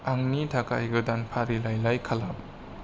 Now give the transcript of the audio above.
आंनि थाखाय गोदान फारिलाइ खालाम